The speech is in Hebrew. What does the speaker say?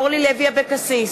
בעד אורלי לוי אבקסיס,